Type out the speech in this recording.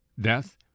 death